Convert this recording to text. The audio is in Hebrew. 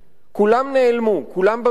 כולם נעלמו, כולם במזרח,